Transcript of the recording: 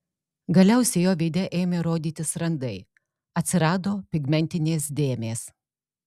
galiausiai jo veide ėmė rodytis randai atsirado pigmentinės dėmės